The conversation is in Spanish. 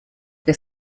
que